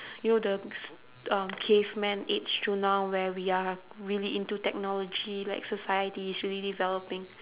you know the s~ um caveman age to now where we are really into technology like society is really developing